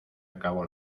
acabó